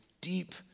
deep